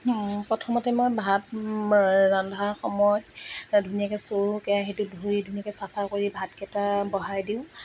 প্ৰথমতে মই ভাত ৰন্ধা সময় ধুনীয়াকৈ চৰু কেৰাহীটো ধুই ধুনীয়াকৈ চাফা কৰি ভাত কেইটা বঢ়াই দিওঁ